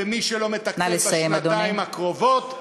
ומי שלא יתקצב בשנתיים הקרובות,